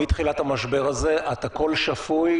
מתחילת המשבר הזה אתה קול שפוי,